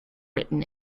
written